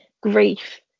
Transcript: grief